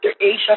Asia